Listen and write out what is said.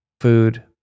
food